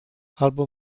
albo